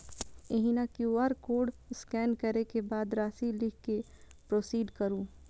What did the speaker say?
एहिना QR code scan करै के बाद राशि लिख कें प्रोसीड करू